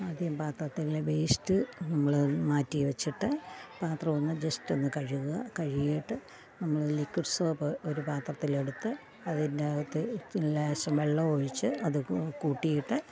ആദ്യം പാത്രത്തിലെ വേസ്റ്റ് നമ്മൾ മാറ്റി വെച്ചിട്ട് പാത്ര ഒന്നു ജസ്റ്റ് ഒന്നു കഴുകുക കഴുകിയിട്ട് നമ്മൾ ലിക്വിഡ് സോപ്പ് ഒരു പാത്രത്തിലെടുത്ത് അതിൻറ്റകത്ത് ലേശം വെള്ളവും ഒഴിച്ച് അതു കൂട്ടിയിട്ട്